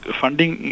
funding